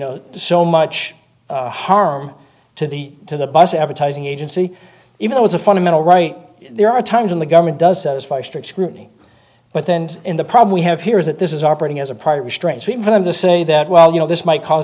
know so much harm to the to the bus advertising agency even though it's a fundamental right there are times when the government does by strict scrutiny but then in the problem we have here is that this is operating as a prior restraint scene for them to say that well you know this might cause